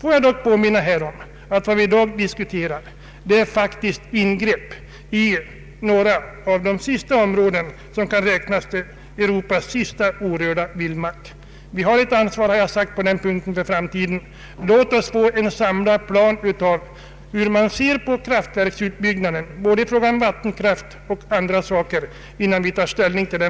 Låt mig påminna om att det vi i dag diskuterar faktiskt är ingrepp i områden som kan räknas till Europas sista orörda vildmark. Vi har här ett ansvar gentemot framtiden att värna miljö och natur. Låt oss få en samlad bild av hur man ser på kraftverksutbyggnaden — vattenkraft m.m. — innan vi tar ställning i frågan.